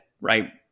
right